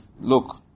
look